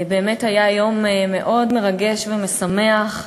באמת היה יום מאוד מרגש ומשמח,